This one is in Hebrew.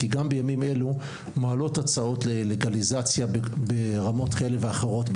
כי גם בימים אלה מועלות הצעות ללגליזציה ברמות כאלה ואחרות,